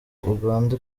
uganda